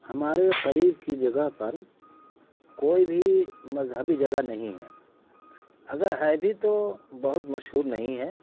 ہمارے قریب کی جگہ پر کوئی بھی مذہبی جگہ نہیں ہے اگر ہے بھی تو بہت مشہور نہیں ہے